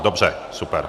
Dobře, super.